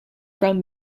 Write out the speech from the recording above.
from